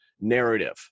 narrative